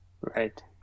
Right